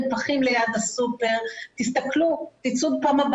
קודם כל מרכז שלטון מקומי בשנים האחרונות חמש שנים